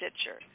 Stitcher